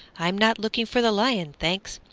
i'm not looking for the lion, thanks,